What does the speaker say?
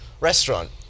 restaurant